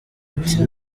ati